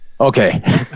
Okay